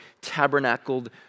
tabernacled